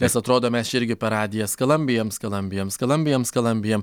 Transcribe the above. nes atrodo mes čia irgi per radiją skalambijam skalambijam skalambijam skalambijam